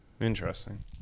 Interesting